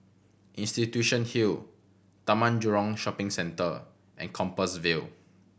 Institution Hill Taman Jurong Shopping Centre and Compassvale